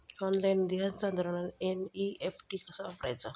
Online निधी हस्तांतरणाक NEFT कसा वापरायचा?